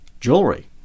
jewelry